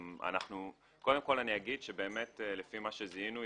קודם כול אגיד שבאמת לפי מה שזיהינו,